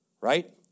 right